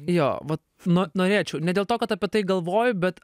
jo va no norėčiau ne dėl to kad apie tai galvoju bet